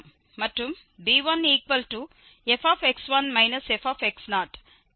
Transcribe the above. மற்றும் b1fx1 fx1 x0